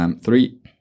three